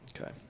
okay